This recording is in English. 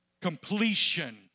Completion